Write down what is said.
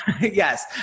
Yes